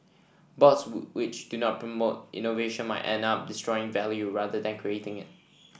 boards which do not promote innovation might end up destroying value rather than creating it